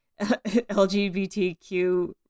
lgbtq